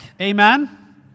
amen